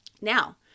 Now